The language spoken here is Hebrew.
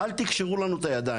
אל תקשרו לנו את הידיים.